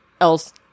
else